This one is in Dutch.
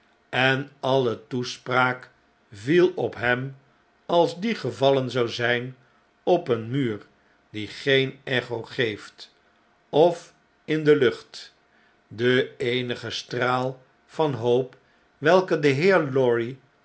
en alle toespraak viel op hem als die gevallen zou zyn op een muur die geen echo geeft of in de lucht de eenige straal van hoop welken de heer lorry